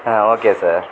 okay sir